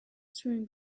swimming